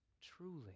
truly